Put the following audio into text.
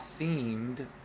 themed